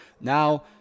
now